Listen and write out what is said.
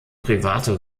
private